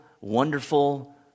wonderful